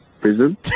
prison